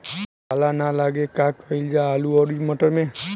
पाला न लागे का कयिल जा आलू औरी मटर मैं?